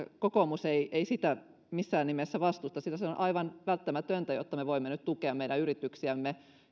kokoomus ei ei sitä missään nimessä vastusta sillä se on aivan välttämätöntä jotta me voimme nyt tukea meidän yrityksiämme